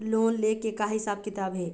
Loan ले के का हिसाब किताब हे?